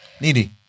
needy